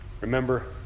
Remember